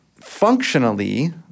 functionally